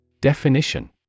Definition